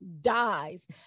dies